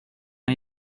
att